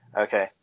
okay